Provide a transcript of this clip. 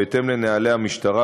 בהתאם לנוהלי המשטרה,